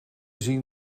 zien